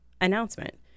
announcement